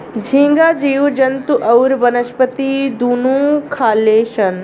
झींगा जीव जंतु अउरी वनस्पति दुनू खाले सन